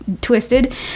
twisted